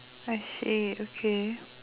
I see okay